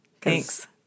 Thanks